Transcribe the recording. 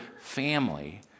family